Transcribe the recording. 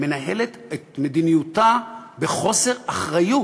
מנהלת את מדיניותה בחוסר אחריות.